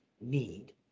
need